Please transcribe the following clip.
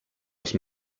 als